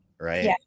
Right